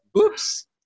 Oops